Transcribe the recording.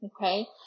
okay